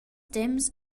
temps